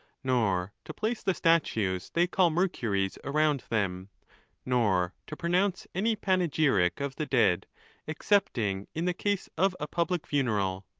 nor to place the statues they call mercuries around them nor to pronounce any panegyric of the dead excepting in the case of a public funeral,